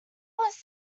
was